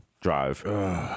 drive